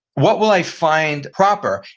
what will i find proper,